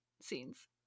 scenes